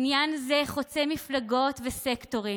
עניין זה חוצה מפלגות וסקטורים,